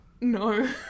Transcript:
No